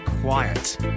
quiet